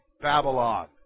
Babylon